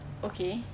okay